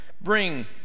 Bring